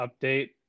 update